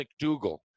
McDougall